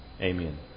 Amen